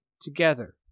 together